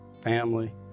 family